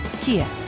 Kia